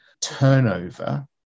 turnover